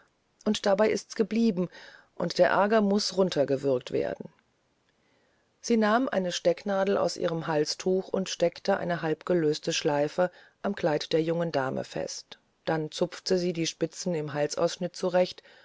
und dabei ist's geblieben und der aerger muß nuntergewürgt werden sie nahm eine stecknadel aus ihrem halstuch und steckte eine halbgelöste schleife am kleid der jungen dame fest dann zupfte sie die spitze am halsausschnitt zurecht